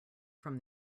from